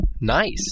Nice